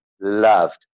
loved